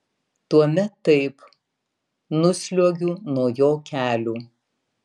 tuomet taip nusliuogiu nuo jo kelių